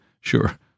sure